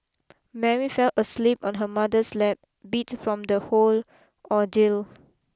Mary fell asleep on her mother's lap beat from the whole ordeal